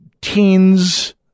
teens